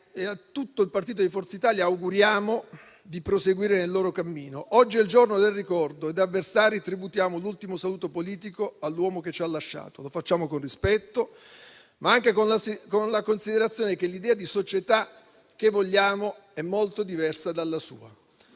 e a tutto il partito di Forza Italia auguriamo di proseguire nel suo cammino. Oggi è il giorno del ricordo e da avversari tributiamo l'ultimo saluto politico all'uomo che ci ha lasciato. Lo facciamo con rispetto, ma anche con la considerazione che l'idea di società che vogliamo è molto diversa dalla sua.